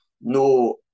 no